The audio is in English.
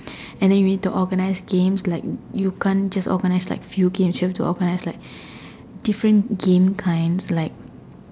and then you need to organise games like you can't just organise like few games you have to organise like different game kinds like